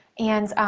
and